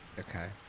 okay.